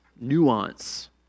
nuance